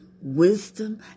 wisdom